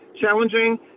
challenging